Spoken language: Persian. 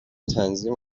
تنظیم